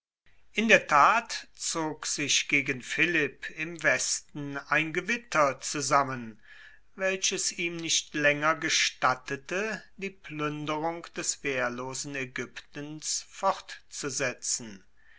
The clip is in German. in der tat zog sich gegen philipp im westen ein gewitter zusammen welches ihm nicht laenger gestattete die pluenderung des wehrlosen aegyptens fortzusetzen